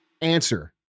answer